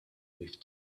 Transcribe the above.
with